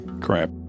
crap